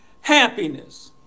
Happiness